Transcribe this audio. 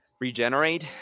regenerate